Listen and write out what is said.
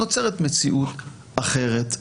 נוצרת מציאות אחרת,